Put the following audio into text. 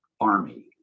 army